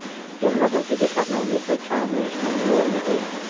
Canara bank की स्थापना उन्नीस सौ छह में मैंगलोर में हुई